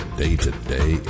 day-to-day